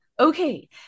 okay